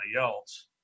else